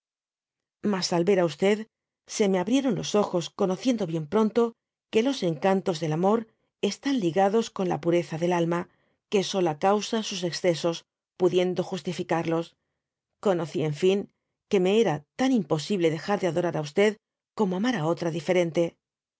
mas al ver á e se me abrieron los ojos conociendo bien pronto que los encantos del ainor están ligados con la pureza delahna que sola causa sus excesos pudiendo justificarlos conocí en fin que me era tan imposible dejar de adorar á como amar á otra